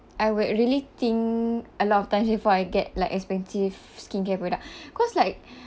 I would really think a lot of times before I get like expensive skincare product cause like